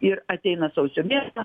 ir ateina sausio mėnuo